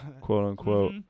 quote-unquote